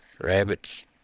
Rabbits